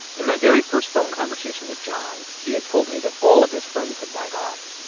in my very first phone conversation with john, he had told me that all of his friends had died off.